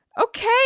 Okay